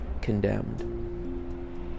condemned